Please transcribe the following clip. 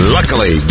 Luckily